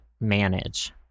manage